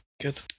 Good